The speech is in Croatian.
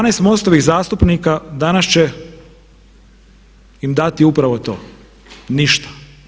12 MOST-ovih zastupnika danas će im dati upravo to, ništa.